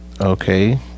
Okay